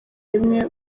rimwe